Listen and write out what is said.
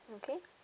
okay